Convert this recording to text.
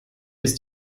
ist